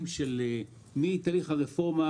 תהליך הרפורמה